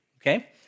okay